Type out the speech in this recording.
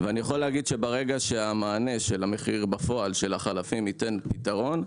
ברגע שהמענה של המחיר בפועל של החלפים ייתן פתרון,